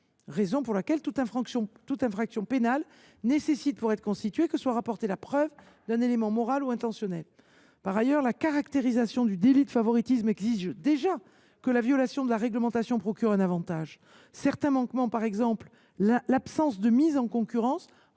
raison pour laquelle toute infraction pénale nécessite pour être constituée que soit rapportée la preuve d’un élément moral ou intentionnel. Par ailleurs, la caractérisation du délit de favoritisme exige déjà que la violation de la réglementation procure un avantage. Certains manquements, par exemple l’absence de mise en concurrence,